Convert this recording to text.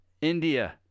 India